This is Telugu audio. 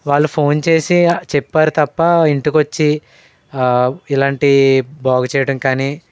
వాళ్ళు ఫోన్ చేసి చెప్పారు తప్ప ఇంటికి వచ్చి ఇలాంటి బాగు చేయటం కానీ